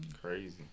Crazy